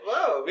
Wow